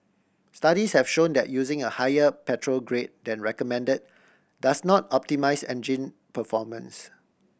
studies have shown that using a higher petrol grade than recommended does not optimise engine performance